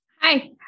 Hi